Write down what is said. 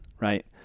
right